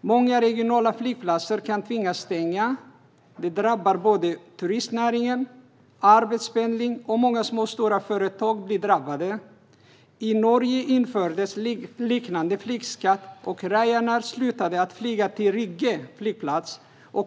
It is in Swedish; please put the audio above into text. Många regionala flygplatser kan tvingas stänga. Det drabbar såväl turistnäring och arbetspendling som många små och stora företag. I Norge infördes en liknande flygskatt. Ryanair slutade då flyga till Rygge flygplats.